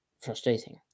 frustrating